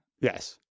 Yes